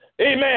Amen